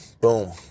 Boom